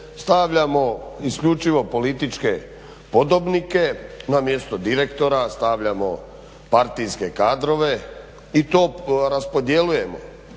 stavljamo isključivo političke podobnike, na mjesto direktora stavljamo partijske kadrove i to raspodjeljujemo